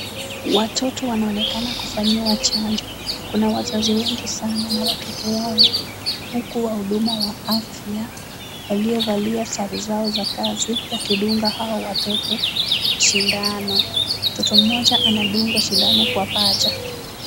Watoto wanaonekana kufanyiwa chanjo. Kuna wazazi wengi sana na watoto wao huku wahuduma wa afya waliovalia sare zao za kazi wakidunga hao watoto sindano. Mtoto mmoja anadungwa sindano kwa paja.